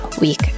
week